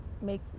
make